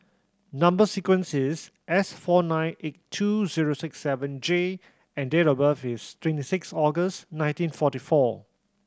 number sequence is S four nine eight two zero six seven J and date of birth is twenty six August nineteen forty four